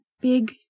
big